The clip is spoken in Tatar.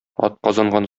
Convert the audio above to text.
атказанган